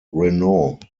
renault